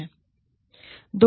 फिर से कुछ संसाधन